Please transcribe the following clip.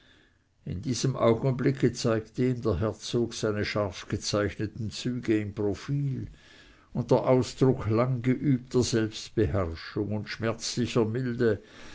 in diesem augenblicke zeigte ihm der herzog seine scharf gezeichneten züge im profil und der ausdruck langgeübter selbstbeherrschung und schmerzlicher milde